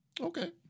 Okay